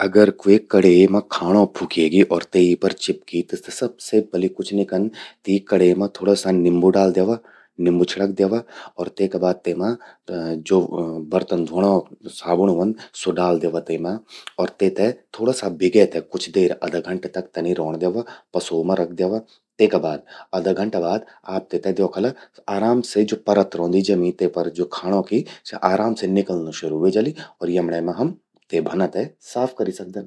अगर क्वे कणे मां खाणों फुकी अर ते पर चिपकी, त सबसे पलि कुछ नि कन, तीं कणे मां थोड़ा सा नींबू डाल द्यावा, निंबू छिड़क द्यावा और तेका बाद तेमा ज्वो बर्तन ध्वोणों साबुण व्हंद, स्वो डाल द्यावा तेमा और तेते भिगे ते थोड़ा सा कुछ देर, अधा घंटा तनि रौण द्यावा। पसो मां रख द्यावा। तेका बाद अधा घंटा बाद आप तेमा द्योखला आराम से, ज्वो परत रौंदि जम्यीं तेमा ज्वो खाणो कि, स्या आराम से निकल्लं शुरू ह्वे जलि और यमण्ये मां हम ते भन्ना ते साफ करि सकदन।